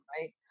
Right